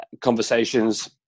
conversations